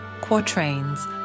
Quatrains